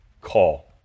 call